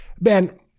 Ben